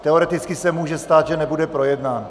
Teoreticky se může stát, že nebude projednán.